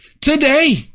Today